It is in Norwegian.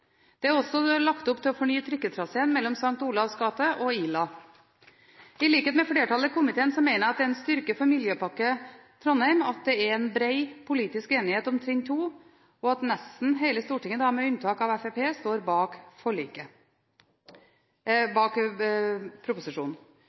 Det er også lagt opp til å fornye trikketraseen mellom St. Olavs gate og Ila. I likhet med flertallet i komiteen mener jeg at det er en styrke for Miljøpakke Trondheim at det er bred politisk enighet om trinn 2, og at nesten hele Stortinget, med unntak av Fremskrittspartiet, står bak